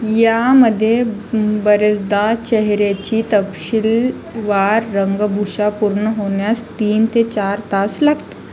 यामध्ये बऱ्याचदा चेहऱ्याची तपशील वा रंगभूषा पूर्ण होण्यास तीन ते चार तास लागत